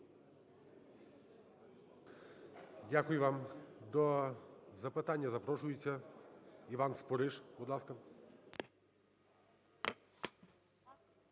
Дякую вам. До запитання запрошується Іван Спориш. Будь ласка.